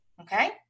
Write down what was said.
Okay